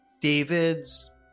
David's